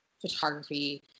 photography